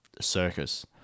circus